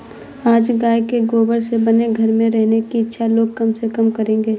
आज गाय के गोबर से बने घर में रहने की इच्छा लोग कम से कम करेंगे